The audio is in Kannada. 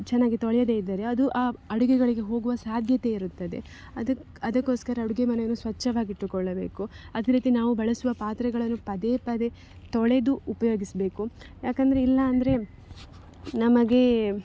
ಚೆನ್ನಾಗಿ ತೊಳೆಯದೆ ಇದ್ದರೆ ಅದು ಆ ಅಡುಗೆಗಳಿಗೆ ಹೋಗುವ ಸಾಧ್ಯತೆ ಇರುತ್ತದೆ ಅದಕ್ಕೆ ಅದಕ್ಕೊಸ್ಕರ ಅಡುಗೆ ಮನೆನೂ ಸ್ವಚ್ಛವಾಗಿಟ್ಟುಕೊಳ್ಳಬೇಕು ಅದೆ ರೀತಿ ನಾವು ಬಳಸುವ ಪಾತ್ರೆಗಳನ್ನು ಪದೇ ಪದೇ ತೊಳೆದು ಉಪಯೋಗಿಸಬೇಕು ಯಾಕಂದರೆ ಇಲ್ಲಾಂದರೆ ನಮಗೆ